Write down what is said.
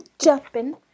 jumping